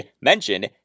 Mention